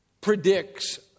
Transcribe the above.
predicts